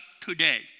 today